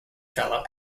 fellow